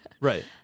Right